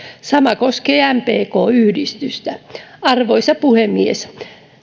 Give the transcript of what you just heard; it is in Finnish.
sama koskee mpk yhdistystä arvoisa puhemies